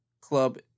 Club